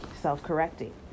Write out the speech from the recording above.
self-correcting